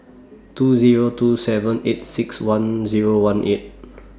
two Zero two seven eight six one Zero one eight